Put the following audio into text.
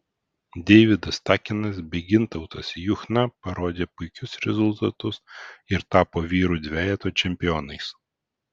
deividas takinas bei gintautas juchna parodė puikius rezultatus ir tapo vyrų dvejeto čempionais